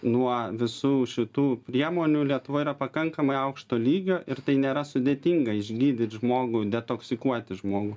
nuo visų šitų priemonių lietuvoj yra pakankamai aukšto lygio ir tai nėra sudėtinga išgydyt žmogų detoksikuoti žmogų